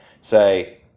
say